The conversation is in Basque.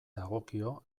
dagokio